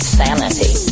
sanity